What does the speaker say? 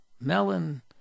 melon